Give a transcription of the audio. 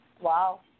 Wow